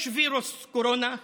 יש וירוס קורונה,